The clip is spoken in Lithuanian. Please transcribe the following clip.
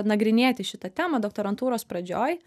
nagrinėti šitą temą doktorantūros pradžioj